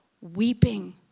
weeping